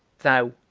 thou,